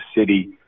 city